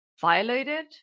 violated